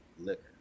liquor